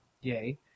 Yay